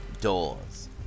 doors